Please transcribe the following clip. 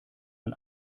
man